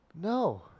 No